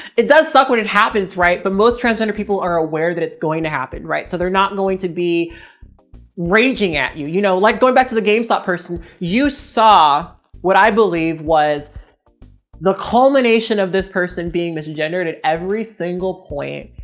it does suck when it happens. right. but most transgender people are aware that it's going to happen. right. so they're not going to be raging at you. you know, like going back to the gamestop person, you saw what i believe was the culmination of this person being mr gender and at every single point.